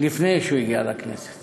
לפני שהוא הגיע לכנסת